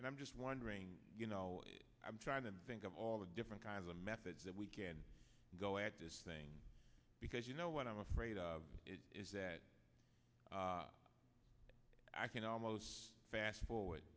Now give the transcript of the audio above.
and i'm just wondering you know i'm trying to think of all the different kinds of methods that we can go at this thing because you know what i'm afraid of is that i can almost fast forward